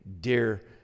dear